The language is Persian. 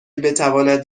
بتواند